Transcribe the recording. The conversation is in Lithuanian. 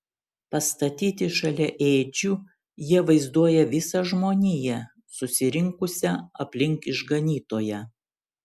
pastatyti šalia ėdžių jie vaizduoja visą žmoniją susirinkusią aplink išganytoją